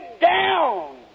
down